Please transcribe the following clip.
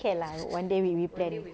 can lah one day we we plan